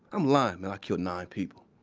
i'm lying, man, i killed nine people.